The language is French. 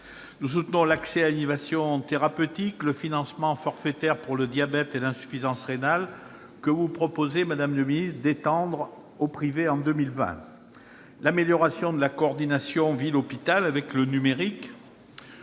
Nous soutenons l'accès à l'innovation thérapeutique et le financement forfaitaire pour le diabète et l'insuffisance rénale chronique, que vous proposez, madame le ministre, d'étendre au privé en 2020. Nous soutenons aussi l'amélioration de la coordination ville-hôpital grâce au numérique